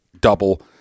double